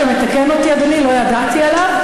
אתה מתקן אותי, אדוני, לא ידעתי עליו.